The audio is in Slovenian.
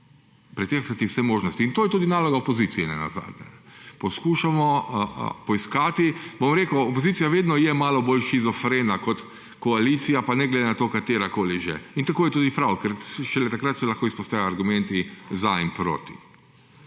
poiskati vse možnosti in to je tudi naloga opozicije nenazadnje. Poskušamo poiskati … Bo rekel opozicija vedno je malo bolj shizofrena kot koalicija pa ne glede na to katerakoli že in tako je tudi prav, ker šele takrat se lahko izpostavljajo argumenti za in proti.